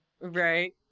Right